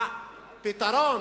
הפתרון,